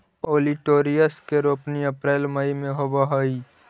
olitorius के रोपनी अप्रेल मई में होवऽ हई